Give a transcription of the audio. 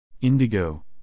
Indigo